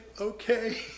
okay